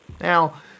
Now